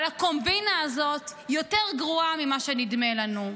הקומבינה הזאת יותר גרועה ממה שנדמה לנו,